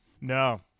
No